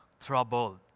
troubled